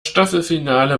staffelfinale